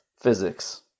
physics